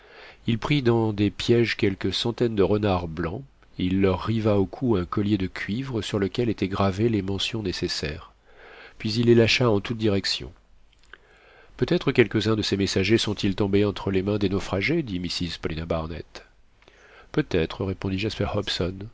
il prit dans des pièges quelques centaines de renards blancs il leur riva au cou un collier de cuivre sur lequel étaient gravées les mentions nécessaires puis il les lâcha en toutes directions peut-être quelques-uns de ces messagers sont-ils tombés entre les mains des naufragés dit mrs paulina barnett peut-être répondit